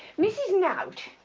mrs. nowt.